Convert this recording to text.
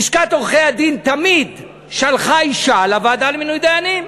לשכת עורכי-הדין תמיד שלחה אישה לוועדה למינוי דיינים.